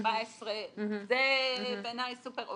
זה בעיניי סופר,